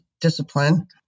discipline